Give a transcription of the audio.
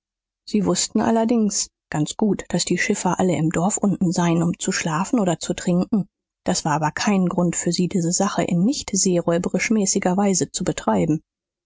sie wußten allerdings ganz gut daß die schiffer alle im dorfe unten seien um zu schlafen oder zu trinken das war aber kein grund für sie diese sache in nicht seeräubermäßiger weise zu betreiben